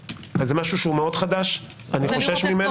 של החשוד שברח ובגלל זה אי אפשר להגיש נגדו כתב אישום,